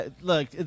Look